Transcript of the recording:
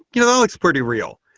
you know it's pretty real.